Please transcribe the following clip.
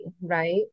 right